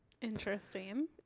Interesting